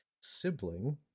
sibling